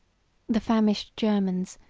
the famished germans,